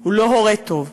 הוא לא הורה טוב.